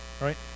right